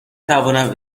توانم